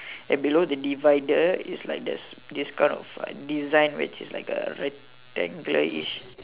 and below the divider is like there's this kind of like design which is kind of rectangularish